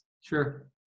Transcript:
Sure